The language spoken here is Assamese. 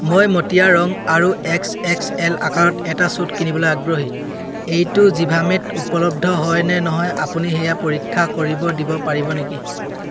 মই মটিয়া ৰং আৰু এক্স এক্স এল আকাৰত এটা ছুট কিনিবলৈ আগ্ৰহী এইটো জিভামেত উপলব্ধ হয় নে নহয় আপুনি সেয়া পৰীক্ষা কৰিব দিব পাৰিব নেকি